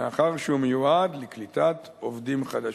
מאחר שהוא מיועד לקליטת עובדים חדשים.